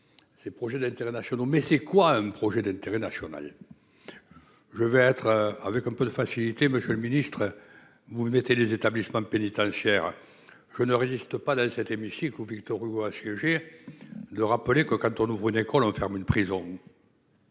Ses projets d'nationaux mais c'est quoi un projet d'intérêt national. Je vais être avec un peu de facilité, Monsieur le Ministre. Vous vous mettez les établissements pénitentiaires que ne résiste pas dans cet hémicycle Victor Hugo à ce que je veux dire. De rappeler que quand on ouvre une école on ferme une prison.